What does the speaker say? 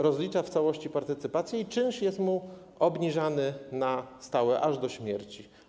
Rozlicza w całości partycypację i czynsz jest tej osobie obniżany na stałe aż do śmierci.